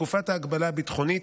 בתקופת ההגבלה הביטחונית,